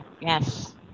Yes